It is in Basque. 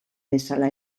bezala